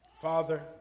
Father